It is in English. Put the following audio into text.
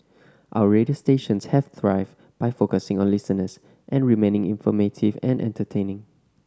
our radio stations have thrived by focusing on listeners and remaining informative and entertaining